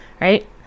Right